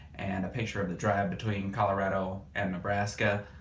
and a picture of the drive between colorado and nebraska,